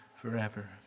forever